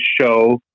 show